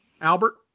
albert